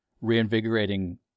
reinvigorating